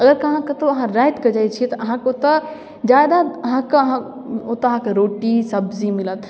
अगर अहाँ कतौ अहाँ राति कऽ जाइ छियै तऽ अहाँके ओतऽ जादा अहाँके अहाँ ओतऽ अहाँके रोटी सब्जी मिलत